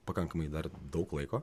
pakankamai dar daug laiko